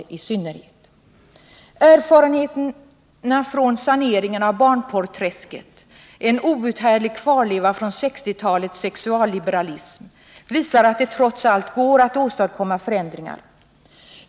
Erfarenheterna från saneringen av barnporrträsket, en outhärdlig kvarleva från 1960-talets sexualliberalism, visar att det trots allt går att åstadkomma förändringar.